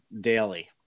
daily